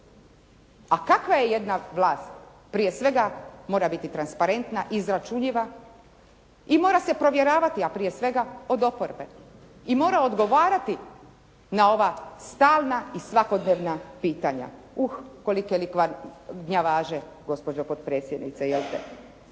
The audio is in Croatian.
A kakva je jedna vlast? Prije svega mora biti transparentna, izračunljiva i mora se provjeravati, a prije svega od oporbe. I mora odgovarati na ova stalna i svakodnevna pitanja. Uh, kolike li gnjavaže gospođo potpredsjednice jelte